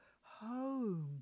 home